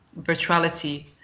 virtuality